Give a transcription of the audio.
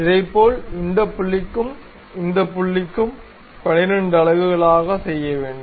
இதேபோல் இந்த புள்ளிக்கும் இந்த புள்ளிக்கும் 12 அலகுகளாக செய்ய வேண்டும்